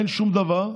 אין שום דבר,